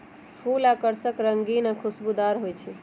फूल आकर्षक रंगीन आ खुशबूदार हो ईछई